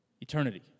eternity